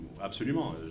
Absolument